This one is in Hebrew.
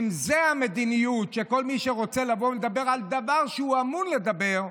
אם זו המדיניות כלפי כל מי שרוצה לבוא ולדבר על דבר שהוא אמור לדבר,